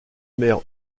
mer